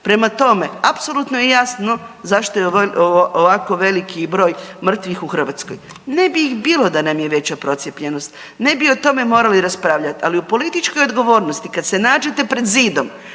Prema tome apsolutno je jasno zašto je ovako veliki broj mrtvih u Hrvatskoj. Ne bi ih bilo da nam je veća procijepljenost. Ne bi o tome morali raspravljati. Ali u političkoj odgovornosti kad se nađete pred zidom,